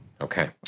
okay